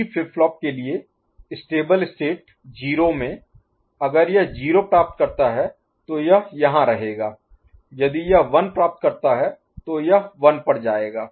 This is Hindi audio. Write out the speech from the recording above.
D फ्लिप फ्लॉप के लिए स्टेबल स्टेट 0 में अगर यह 0 प्राप्त करता है तो यह यहाँ रहेगा यदि यह 1 प्राप्त करता है तो यह 1 पर जाएगा